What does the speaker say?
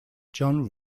john